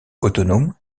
autonome